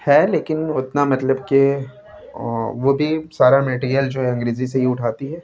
ہے لیکن اتنا مطلب کہ وہ بھی سارا میٹیریل جو ہے انگریزی سے ہی اٹھاتی ہے